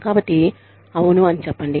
కాబట్టి అవును అని చెప్పండి